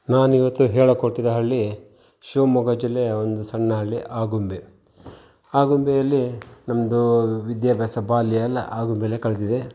ನಾನಿವತ್ತು ಹೇಳೋಕೆ ಹೊರಟಿದ ಹಳ್ಳಿ ಶಿವಮೊಗ್ಗ ಜಿಲ್ಲೆಯ ಒಂದು ಸಣ್ಣ ಹಳ್ಳಿ ಆಗುಂಬೆ ಆಗುಂಬೆಯಲ್ಲಿ ನಮ್ಮದು ವಿದ್ಯಾಭ್ಯಾಸ ಬಾಲ್ಯ ಎಲ್ಲ ಆಗುಂಬೆಯಲ್ಲೇ ಕಳೆದಿದೆ